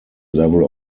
level